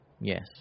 Yes